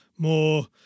more